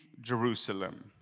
Jerusalem